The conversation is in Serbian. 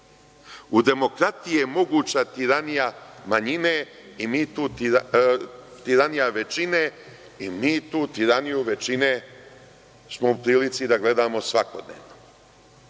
U demokratiji je moguća tiranija većine i mi tu tiraniju većine smo u prilici da gledamo svakodnevno